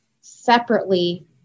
separately